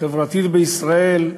החברתית בישראל,